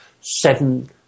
seven